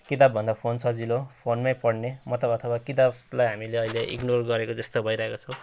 किताबभन्दा phone सजिलो फोनमै पढ्ने मतलब अथवा किताबलाई हामीले अहिले इग्नोर गरेको जस्तो भइरहेको छौँ